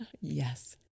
yes